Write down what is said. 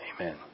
Amen